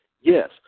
Yes